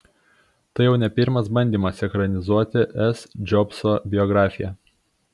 tai jau ne pirmas bandymas ekranizuoti s džobso biografiją